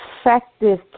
effective